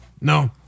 No